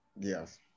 Yes